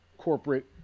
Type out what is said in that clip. corporate